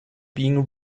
being